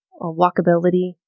walkability